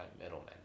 middlemen